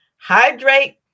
hydrate